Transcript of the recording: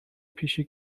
پیشی